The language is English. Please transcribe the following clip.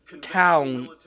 town